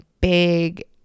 big